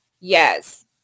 Yes